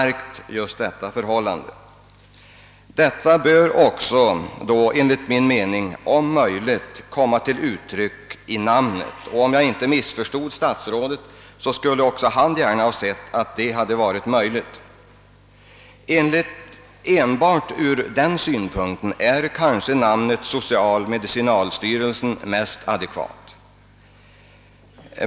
Den avsedda integrationen bör enligt min mening komma till uttryck även i namnet. Om jag inte missförstod statsrådet skulle även han gärna ha sett att detta varit möjligt. Enbart ur den synpunkten är kanske namnet social-medicinalstyrelsen mest adekvat.